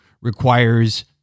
requires